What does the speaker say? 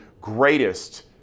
greatest